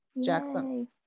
Jackson